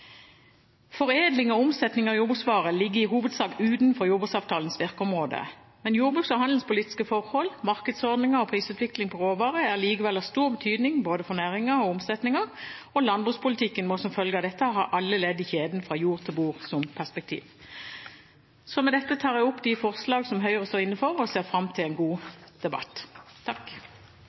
Foredling og omsetning av jordbruksvarer ligger i hovedsak utenfor jordbruksavtalens virkeområder, men jordbruksforhold og handelspolitiske forhold, markedsordninger og prisutvikling på råvarer er allikevel av stor betydning for både næringen og omsetningen. Landbrukspolitikken må som følge av dette ha alle ledd i kjeden fra jord til bord som perspektiv. Jeg vil med dette anbefale komiteens innstilling, og jeg ser fram til en god debatt.